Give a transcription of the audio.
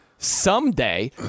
someday